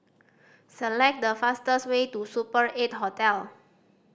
select the fastest way to Super Eight Hotel